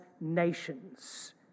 nations